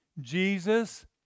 Jesus